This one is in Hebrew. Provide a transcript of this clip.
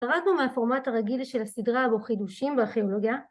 ‫חרגנו מהפורמט הרגיל ‫של הסדרה בו חידושים בארכיאולוגיה.